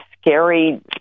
scary